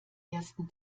ersten